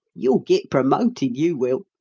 you'll git promoted, you will!